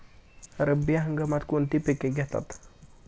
रब्बी हंगामात कोणती पिके घेतात?